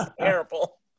terrible